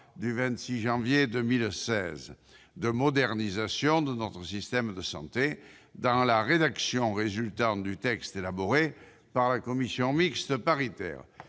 du 26 janvier 2016 de modernisation de notre système de santé, dans la rédaction résultant du texte élaboré par la commission mixte paritaire.